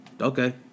okay